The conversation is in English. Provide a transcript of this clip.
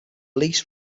least